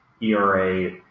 ERA